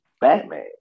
Batman